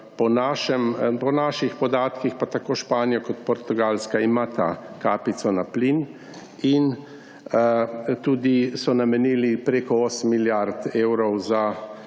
Po naših podatkih pa imata tako Španija kot Portugalska to kapico na plin in so tudi namenili preko 8 milijard evrov za